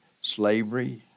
slavery